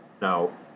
now